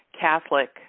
Catholic